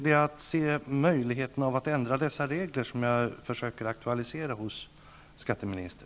Det jag försöker aktualisera hos skatteministern är att se möjligheterna att ändra dessa regler.